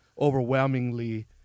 overwhelmingly